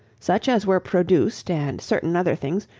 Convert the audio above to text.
such as were produced, and certain other things,